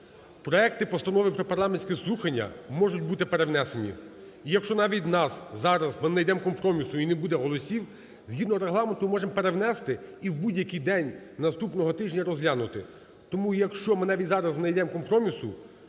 Проекти Постанови про парламентські слухання можуть бути перенесені. Якщо навіть у нас зараз ми не найдемо компромісу і не буде голосів, згідно Регламенту можемо перенести і в будь-який день наступного тижня розглянути. Тому, якщо ми навіть зараз не знайдемо компромісу,